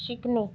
शिकणे